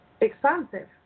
expansive